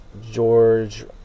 George